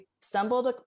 stumbled